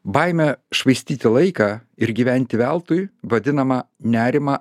baime švaistyti laiką ir gyventi veltui vadinamą nerimą